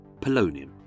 Polonium